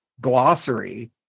glossary